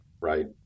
right